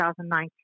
2019